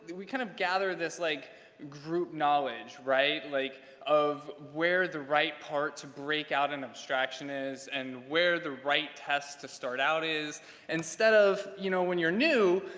we kind of gather this like group knowledge, right? like of where the right parts break out in abstraction is and where the right test to start out, is instead of you know when you're new,